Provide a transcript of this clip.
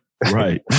Right